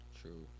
True